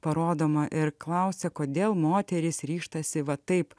parodoma ir klausia kodėl moterys ryžtasi va taip